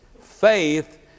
Faith